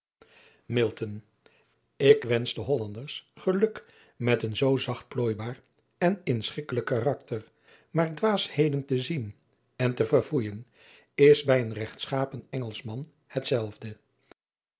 k wensch de ollanders geluk met een zoo zacht plooibaar en inschikkelijk karakter maar dwaasheden te zien en te verfoeijen is bij een regtschapen ngelschman hetzelfde